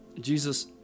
Jesus